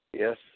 Yes